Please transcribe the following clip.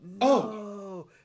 no